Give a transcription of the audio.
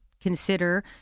consider